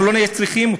אנחנו לא נצטרך אותה.